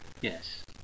Yes